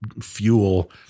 fuel